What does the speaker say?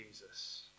Jesus